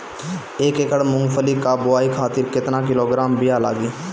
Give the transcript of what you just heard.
एक एकड़ मूंगफली क बोआई खातिर केतना किलोग्राम बीया लागी?